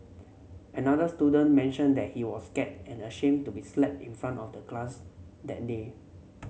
another student mentioned that he was scared and ashamed to be slapped in front of the glass that day